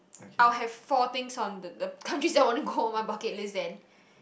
I will have four things on the the countries that I want to go my bucket list then